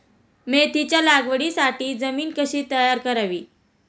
मेथीच्या लागवडीसाठी जमीन कशी तयार करावी?